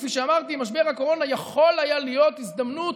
כפי שאמרתי, משבר הקורונה יכול היה להיות הזדמנות